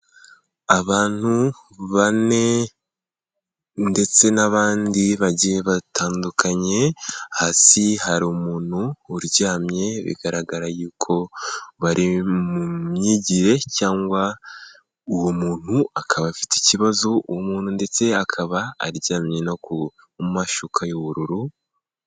Abantu bane ndetse n'abandi bagiye batandukanye hasi hari umuntu uryamye bigaragara yuko bari mu myigire cyangwa uwo muntu akaba afite ikibazo, umuntu ndetse akaba aryamye mu mashuka y'ubururu.